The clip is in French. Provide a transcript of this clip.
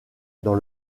dans